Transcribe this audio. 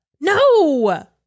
No